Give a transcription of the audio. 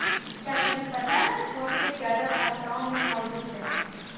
क्या तुम्हें पता है फोन पे ग्यारह भाषाओं में मौजूद है?